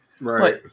Right